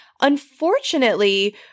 Unfortunately